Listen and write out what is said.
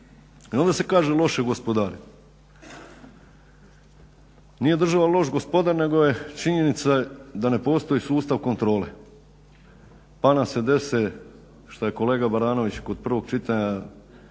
I onda se kaže loše gospodari. Nije država loš gospodar, nego je činjenica je da ne postoji sustav kontrole, pa nam se dese što je kolega Baranović kod prvog čitanja